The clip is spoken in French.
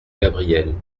gabriel